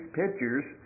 pictures